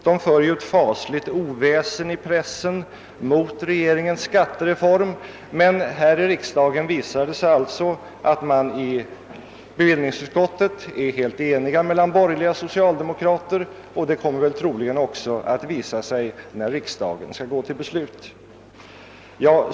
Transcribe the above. De för ett fasligt oväsen i pressen mot regeringens skattereform, men här i riksdagen visar det sig att det i bevillningsutskottet råder enighet mellan borgerliga och socialdemokrater, och detta kommer troligen också att vara fallet när riksdagen går till beslut.